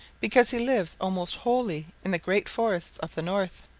because he lives almost wholly in the great forests of the north.